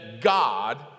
God